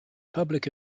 public